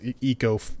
eco